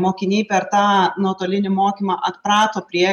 mokiniai per tą nuotolinį mokymą atprato prie